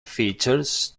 features